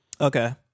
Okay